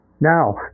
Now